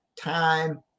time